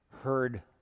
heard